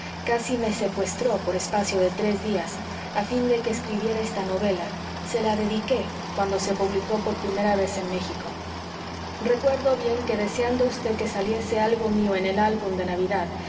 casi me secuestró por espacio de tres días a fin de que escribiera esta novela se la dediqué cuando se publicó por primera vez en méxico recuerdo bien que deseando vd que saliese algo mío en el álbum de navidad